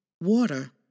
Water